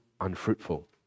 unfruitful